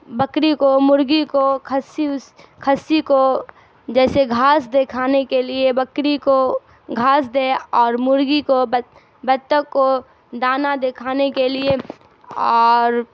بکری کو مرغی کو خصی اس خصی کو جیسے گھاس دے کھانے کے لیے بکری کو گھاس دے اور مرغی کو بت بطخ کو دانہ دکھانے کے لیے اور